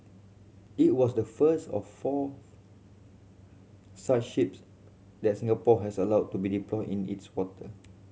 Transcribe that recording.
it was the first of four such ships that Singapore has allowed to be deployed in its water